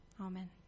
Amen